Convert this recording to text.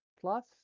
plus